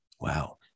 Wow